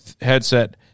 headset